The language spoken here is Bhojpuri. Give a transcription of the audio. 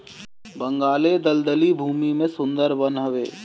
बंगाल ले दलदली भूमि में सुंदर वन हवे